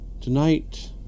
Tonight